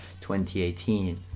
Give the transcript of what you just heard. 2018